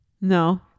No